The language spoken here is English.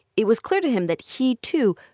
it was clear to him that he, too,